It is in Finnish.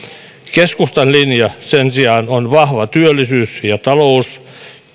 keskustan linja sen sijaan on vahva työllisyys ja talous